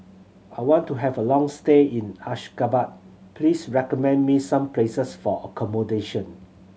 I want to have a long stay in Ashgabat Please recommend me some places for accommodation